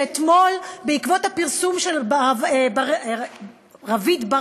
ואתמול בעקבות הפרסום של ברק רביד,